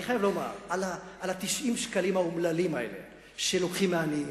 על 90 השקלים האומללים האלה שלוקחים מעניים,